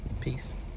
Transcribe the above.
Peace